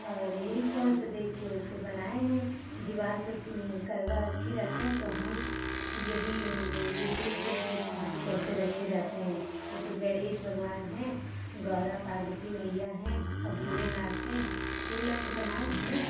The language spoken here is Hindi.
और यही फोन से देख के फिर बनाए हैं दिवाल पे करवा रखे जाते हैं तो हम यही यूट्यूब से ही सीखे हैं कि कैसे रखे जाते हैं जैसे गणेश भगवान हैं गौरा पार्वती मइया हैं और भोले नाथ हैं इन लोग को बनाए हैं ना